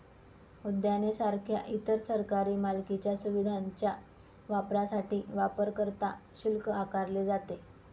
उद्याने सारख्या इतर सरकारी मालकीच्या सुविधांच्या वापरासाठी वापरकर्ता शुल्क आकारले जाते